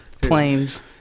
Planes